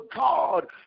God